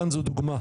כאן זו דוגמה.